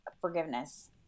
forgiveness